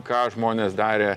ką žmonės darė